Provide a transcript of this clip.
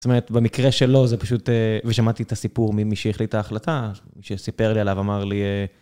זאת אומרת, במקרה שלו, זה פשוט... ושמעתי את הסיפור ממי שהחליט את ההחלטה, שסיפר לי עליו, אמר לי...